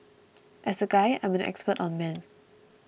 as a guy I'm an expert on men